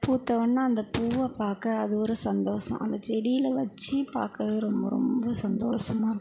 பூத்தவொன்னே அந்த பூவை பார்க்க அது ஒரு சந்தோசம் அந்த செடியில் வச்சு பார்க்குறது ரொம்ப ரொம்ப சந்தோஷமா இருக்கும்